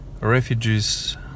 Refugees